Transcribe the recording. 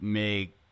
make